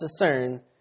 discern